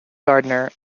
gardner